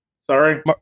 Sorry